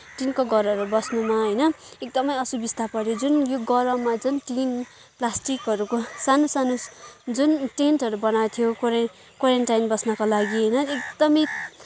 टिनको घरहरू बस्नमा होइन एकदमै असुबिस्ता पर्थ्यो जुन यो गरममा जुन टिन प्लास्टिकहरूको सानो सानो जुन टेन्टहरू बनाएको थियो क्वारिन्टाइन बस्नको लागि होइन एकदमै